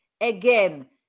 Again